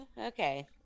Okay